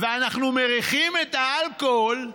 ואנחנו מריחים את האלכוהול,